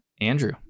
Andrew